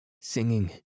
singing